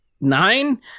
nine